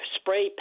spray